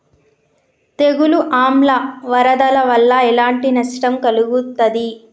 తెగులు ఆమ్ల వరదల వల్ల ఎలాంటి నష్టం కలుగుతది?